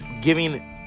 giving